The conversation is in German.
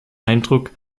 eindruck